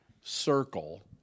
circle